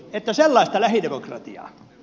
että sellaista lähidemokratiaa